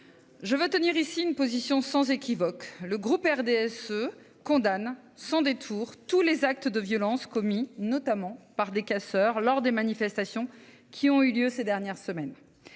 je veux tenir ici une position sans équivoque : le groupe RDSE condamne sans détour tous les actes de violence commis notamment par des casseurs lors des manifestations qui ont eu lieu ces dernières semaines.